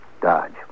Dodge